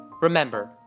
Remember